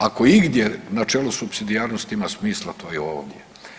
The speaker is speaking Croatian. Ako igdje načelo supsidijarnosti ima smisla to je ovdje.